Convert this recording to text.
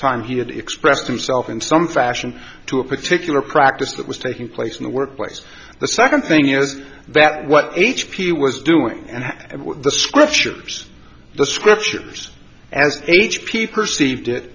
time he had expressed himself in some fashion to a particular practice that was taking place in the workplace the second thing is that what h p was doing and what the scriptures the scriptures as h p perceived it